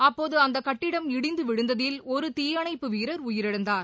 அப்போது அந்த கட்டிடம் இடிந்து விழுந்ததில் ஒரு தீயணைப்பு வீரர் உயிரிழந்தார்